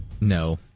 no